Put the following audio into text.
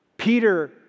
Peter